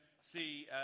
see